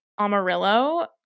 Amarillo